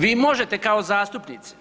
Vi možete kao zastupnici,